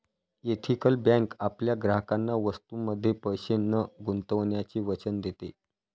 ethical bank आपल्या ग्राहकांना वस्तूंमध्ये पैसे न गुंतवण्याचे वचन देते